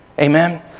amen